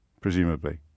presumably